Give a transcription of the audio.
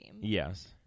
Yes